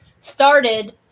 started